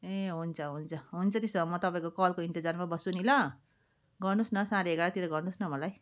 ए हुन्छ हुन्छ हुन्छ त्यसो भए म तपाईँको कलको इन्तजारमा बस्छु नि ल गर्नुहोस् न साँढे एघारतिर गर्नुहोस् न मलाई